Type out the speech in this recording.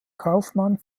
kaufmann